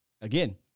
Again